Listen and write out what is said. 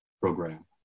Program